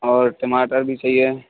اور ٹماٹر بھی چاہیے